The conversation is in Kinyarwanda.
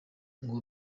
ngo